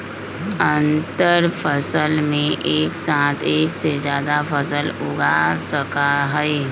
अंतरफसल में एक साथ एक से जादा फसल उगा सका हई